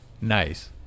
Nice